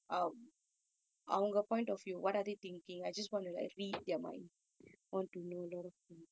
nice